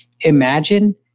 imagine